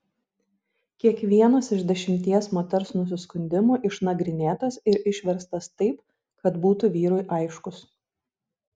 kiekvienas iš dešimties moters nusiskundimų išnagrinėtas ir išverstas taip kad būtų vyrui aiškus